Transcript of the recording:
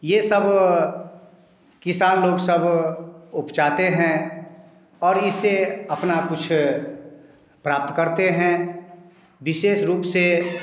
ये सब किसान लोग सब उपज करते हैं और इसे अपना कुछ प्राप्त करते हैं विशेष रूप से